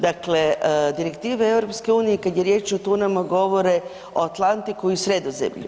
Dakle, direktive EU kad je riječ o tunama govore o Atlantiku i Sredozemlju.